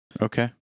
Okay